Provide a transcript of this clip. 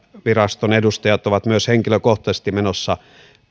viraston edustajat ovat myös henkilökohtaisesti menossa